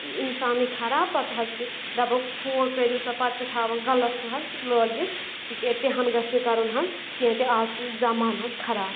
اِنسانٕے خراب پَتہٕ حظ چھِ دَپان فون کٔرو سا پَتہٕ چھِ تھاوان غلط حظ لٲگِتھ تِکیٛازِ تِہَن گژھِ نہٕ کَرُن ہن حظ کینٛہہ تہِ آز چھُ زَمانہٕ حظ خراب